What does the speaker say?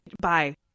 Bye